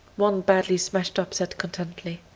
one badly smashed up said contentedly,